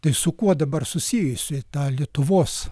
tai su kuo dabar susiejusi tą lietuvos